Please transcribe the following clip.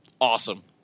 awesome